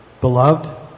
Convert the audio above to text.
Beloved